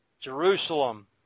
Jerusalem